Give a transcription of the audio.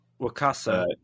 Wakasa